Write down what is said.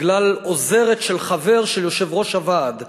בגלל עוזרת של חבר של יושב-ראש הוועד.